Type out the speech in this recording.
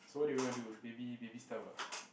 so what do you want to do baby baby stuff ah